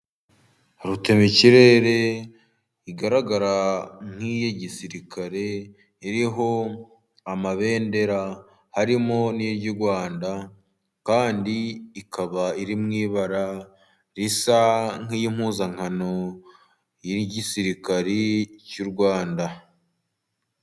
Rutemikirere igaragara nk'iy'igisirikare iriho amabendera, harimo n'iry'u Rwanda kandi ikaba iri mu ibara risa nk'impuzankano y'igisirikari cy'u Rwanda.